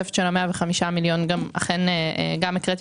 התוספת של 105 מיליון ש"ח, שגם אותה הקראתי,